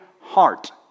heart